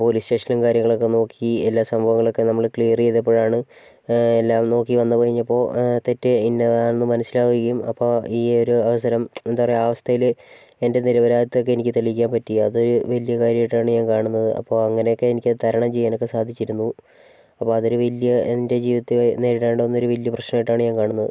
police സ്റ്റേഷനും കാര്യങ്ങളൊക്കെ നോക്കി എല്ലാ സംഭവങ്ങളൊക്കെ നമ്മൾ ക്ലിയർ ചെയ്തപ്പോഴാണ് എല്ലാം നോക്കി വന്നു കഴിഞ്ഞപ്പോൾ തെറ്റ് എന്റേതാണെന്ന് മനസ്സിലാവുകയും അപ്പോൾ ഈ ഒരു അവസരം എന്താണ് പറയുക അവസ്ഥയിൽ എൻ്റെ നിരപരാധിത്വമോക്കെ എനിക്ക് തെളിയിക്കാൻ പറ്റി അതൊരു വലിയ കാര്യമായിട്ടാണ് ഞാൻ കാണുന്നത് അപ്പോൾ അങ്ങനെയൊക്കെ എനിക്കത് തരണം ചെയ്യാനൊക്കെ സാധിച്ചിരുന്നു അപ്പോൾ അതൊരു വലിയ എൻ്റെ ജീവിതത്തിലെ നേരിടേണ്ടി വന്ന വലിയൊരു പ്രശ്നമായിട്ടാണ് ഞാൻ കാണുന്നത്